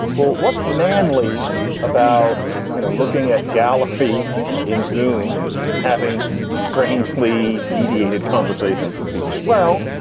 well what's manly about you know looking at gallery in zoome and having strangely mediated conversations with people? well,